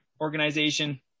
organization